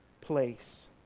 place